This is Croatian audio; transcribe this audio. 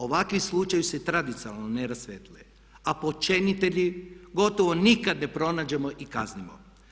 Ovakvi slučajevi se tradicionalno ne rasvjetljuju a počinitelje gotovo nikad ne pronađemo i kaznimo.